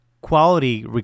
quality